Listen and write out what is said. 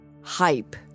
Hype